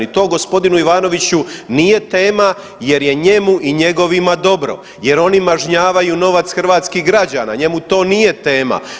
To gospodinu Ivanoviću nije tema jer je njemu i njegovima dobro jer on mažnjavaju novac hrvatskih građana, njemu to nije tema.